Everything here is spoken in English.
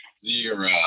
Zero